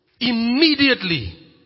Immediately